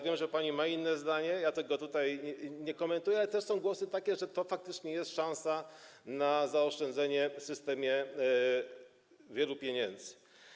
Wiem, że pani ma inne zdanie, ja tego tutaj nie komentuję, ale są też takie głosy, że to faktycznie jest szansa na zaoszczędzenie w systemie wielu pieniędzy.